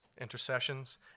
intercessions